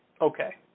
Okay